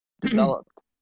developed